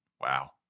wow